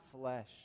flesh